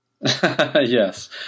Yes